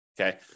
okay